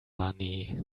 money